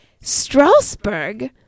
Strasbourg